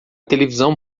televisão